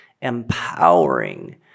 empowering